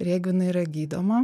ir jeigu jinai yra gydoma